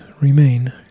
remain